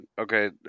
okay